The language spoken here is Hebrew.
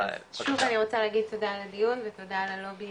שוב אני רוצה להגיד תודה על הדיון ותודה על הלובי